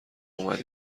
اومد